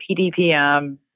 PDPM